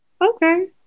Okay